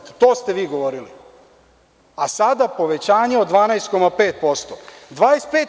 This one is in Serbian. To ste vi govorili, a sada povećanje od 12,5%